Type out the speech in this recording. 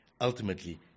ultimately